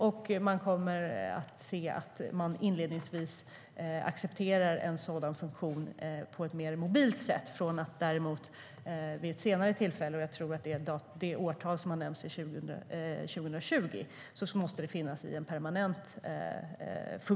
Man kommer inledningsvis att acceptera en sådan funktion på ett mer mobilt sätt. Däremot måste den senare, jag tror att det årtal som nämnts är 2020, finnas på plats i permanent form.